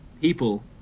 people